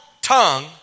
tongue